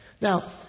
Now